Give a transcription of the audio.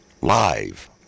live